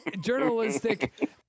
journalistic